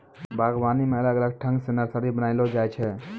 बागवानी मे अलग अलग ठंग से नर्सरी बनाइलो जाय छै